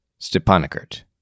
Stepanakert